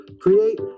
create